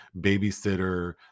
babysitter